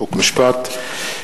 חוק ומשפט.